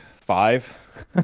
five